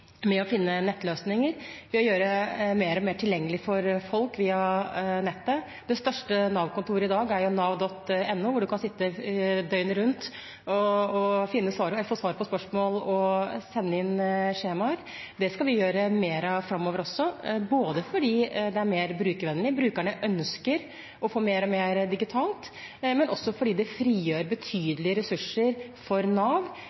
å finne nettløsninger, ved å gjøre mer og mer tilgjengelig for folk via nettet. Det største Nav-kontoret i dag er jo nav.no, hvor du kan sitte døgnet rundt og få svar på spørsmål og sende inn skjemaer. Det skal vi gjøre mer av framover også, både fordi det er mer brukervennlig – brukerne ønsker å få mer og mer digitalt – men også fordi det frigjør betydelige ressurser for Nav